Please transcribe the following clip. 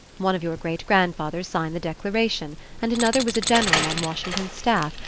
one of your great-grandfathers signed the declaration, and another was a general on washington's staff,